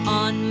on